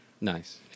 Nice